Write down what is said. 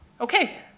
okay